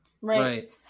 Right